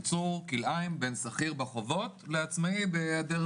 יצור כלאיים בין שכיר בחובות לעצמאי בהיעדר